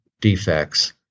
defects